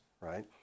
right